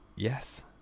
Yes